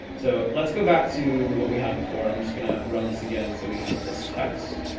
so let's go back to what we had before i'm just gonna run this again. so we have this text